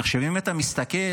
אם אתה מסתכל,